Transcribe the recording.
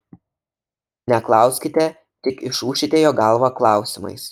neklauskite tik išūšite jo galvą klausimais